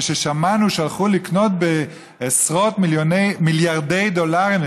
וכששמענו שהלכו לקנות בעשרות מיליארדי דולרים,